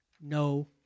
no